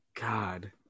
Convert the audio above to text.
God